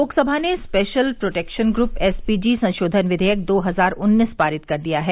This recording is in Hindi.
लोकसभा ने स्पेशल प्रोटेक्शन ग्रूप एसपीजी संशोधन विधेयक दो हजार उन्नीस पारित कर दिया है